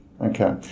Okay